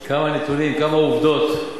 כמה נתונים, כמה עובדות,